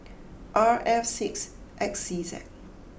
R F six X C Z